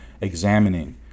examining